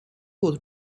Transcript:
was